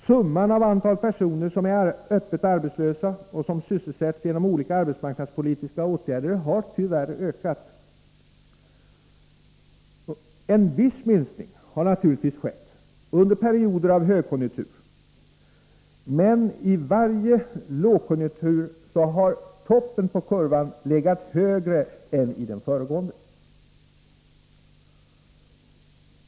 Summan av antalet personer som är öppet arbetslösa och som sysselsätts genom olika arbetsmarknadspolitiska åtgärder har tyvärr ökat. En viss minskning har naturligtvis skett under perioder av högkonjunktur, men i varje lågkonjunktur har ”toppen” legat högre än i den föregående.